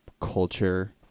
culture